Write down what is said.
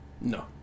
no